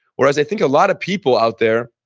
whereas i think a lot of people out there,